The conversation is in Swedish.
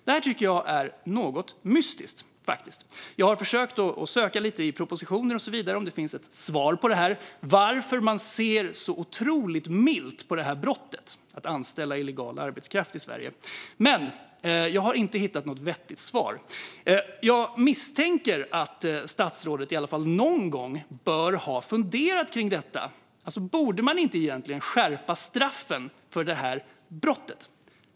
Detta tycker jag faktiskt är något mystiskt. Jag har försökt att söka lite grann i propositioner och så vidare för att se om det finns ett svar på varför man ser så otroligt milt på detta brott, att anställa illegal arbetskraft i Sverige. Men jag har inte hittat något vettigt svar. Jag misstänker att statsrådet i alla fall någon gång bör ha funderat kring detta. Borde man alltså egentligen inte skärpa straffen för detta brott?